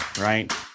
right